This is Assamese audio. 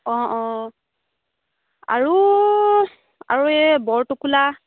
অঁ অঁ আৰু আৰু এই বৰটোকোলা